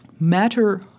matter